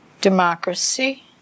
democracy